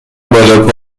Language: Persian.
بالا